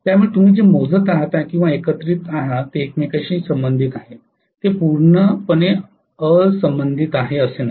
त्यामुळे तुम्ही जे मोजत आहात किंवा एकत्रीत आहात ते एकमेकांशी संबंधित आहेत ते पूर्णपणे असंबंधित आहेत असे नाही